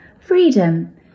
freedom